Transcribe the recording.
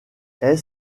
est